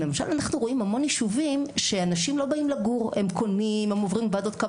אנחנו לא מבינים אם נדרש בו תיקון.